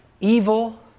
evil